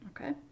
okay